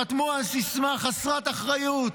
חתמו על סיסמה חסרת אחריות: